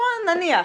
בוא נניח.